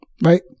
right